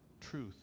truth